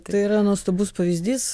tai yra nuostabus pavyzdys